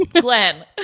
Glenn